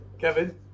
Kevin